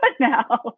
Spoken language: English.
now